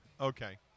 okay